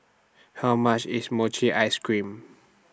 How much IS Mochi Ice Cream